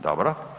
Dobro.